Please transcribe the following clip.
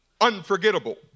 unforgettable